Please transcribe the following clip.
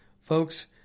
Folks